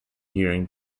during